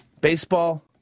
Baseball